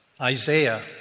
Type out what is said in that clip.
Isaiah